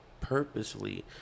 purposely